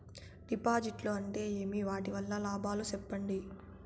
డిపాజిట్లు అంటే ఏమి? వాటి వల్ల లాభాలు సెప్పండి?